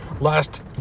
last